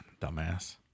dumbass